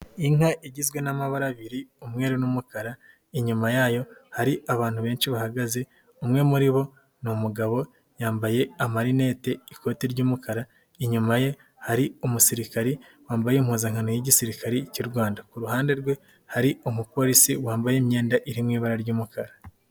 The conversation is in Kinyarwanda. Inka igizwe n'amabara abiri umwerure n'umukara, inyuma yayo hari abantu benshi bahagaze umwe muri bo ni umugabo yambaye amarinete, ikote ry'umukara inyuma ye hari umusirikare wambaye impuzankano y'Igisirikare cy'u Rwanda, ku ruhande rwe hari umupolisi wambaye imyenda iri mu ibara ry'umukara.